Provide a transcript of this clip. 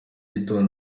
gitondo